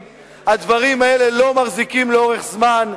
הדברים האלה לא מחזיקים לאורך זמן,